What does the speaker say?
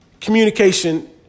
communication